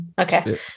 Okay